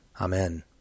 Amen